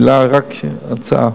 מלה, רק הצעה,